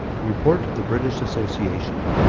report of the british association,